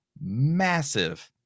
massive